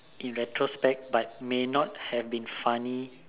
in retrospect but it may not have been funny